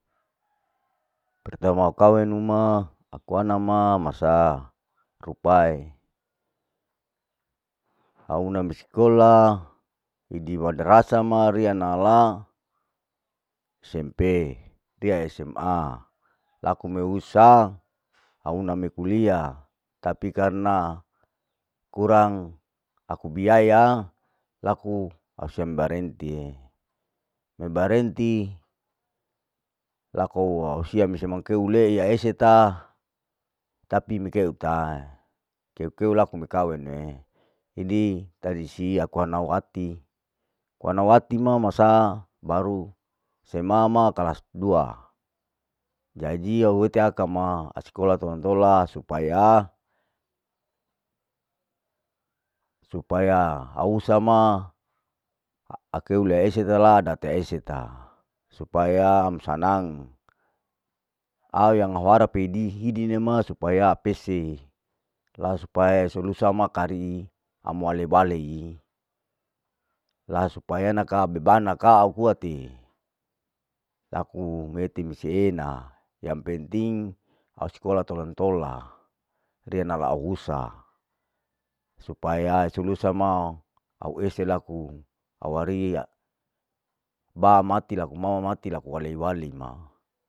pertama kaweng nu ma aku ana ma masa rupae, au una mi skola hidi madrasa ma riya nala, smp. riya sma, laku me usa au una me kulia, tapi karna kurang aku biaya, laku au sembarentie, mi barenti, laku wa usea ulei au eseta tapi mikeu tae, keu kue laku mikawenu, hidi tradisi aku anau wati, aku anau wati ma, masa baru sma ma kalas dua, jadi au ete akama askola tolan tola supaya, supaya au usa na aku laese ta la date ae eseta, supaya ami sanang, ayang mau harap hidi hidi mema supaya apese, la supaya eso lusa makari am wale balei, la supaya naka beban naka au kuate, laku mete meseena, yang penting au skola tolan tola, riya nala usa, supaya eso lusa ma au ese laku awariiya, ba mati laku mama mati laku walei wale ma.